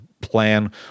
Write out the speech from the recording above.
Plan